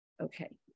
okay